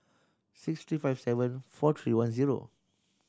six three five seven four three one zero